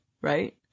Right